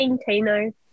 Tino